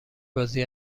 بازی